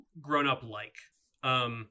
grown-up-like